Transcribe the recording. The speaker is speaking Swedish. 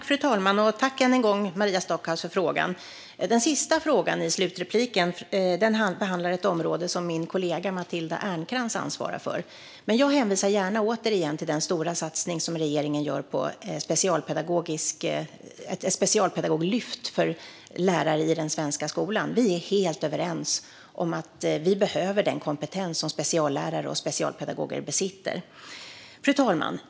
Fru talman! Jag tackar än en gång Maria Stockhaus för frågan. Den avslutande frågan i Maria Stockhaus inlägg behandlar ett område som min kollega Matilda Ernkrans ansvarar för, men jag hänvisar gärna återigen till den stora satsning som regeringen gör på ett specialpedagoglyft för lärare i den svenska skolan. Vi är helt överens om att vi behöver den kompetens som speciallärare och specialpedagoger besitter. Fru talman!